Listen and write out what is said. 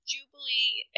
Jubilee